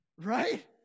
right